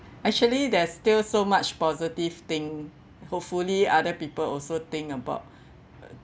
actually there are still so much positive thing hopefully other people also think about